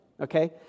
okay